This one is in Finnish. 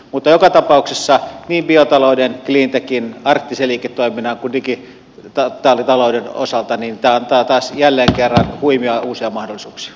mutta joka tapauksessa niin biotalouden cleantechin arktisen liiketoiminnan kuin digitaalitalouden osalta tämä antaa taas jälleen kerran huimia uusia mahdollisuuksia